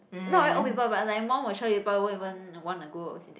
not really old people but like more mature people won't even wanna go